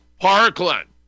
Parkland